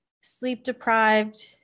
sleep-deprived